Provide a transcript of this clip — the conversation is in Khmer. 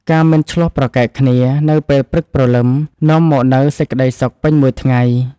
ការមិនឈ្លោះប្រកែកគ្នានៅពេលព្រឹកព្រលឹម នាំមកនូវសេចក្តីសុខពេញមួយថ្ងៃ។